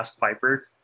Piper